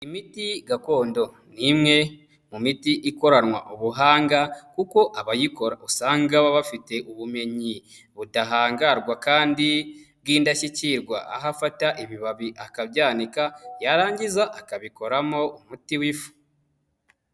Imiti gakondo ni imwe mu miti ikoranwa ubuhanga kuko abayikora usanga baba bafite ubumenyi budahangarwa kandi bw'indashyikirwa aho afata ibibabi akabika, yarangiza akabikoramo umuti w'ifu.